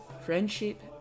friendship